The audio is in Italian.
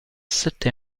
sette